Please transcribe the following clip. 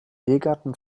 biergarten